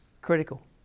Critical